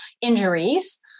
injuries